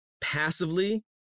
passively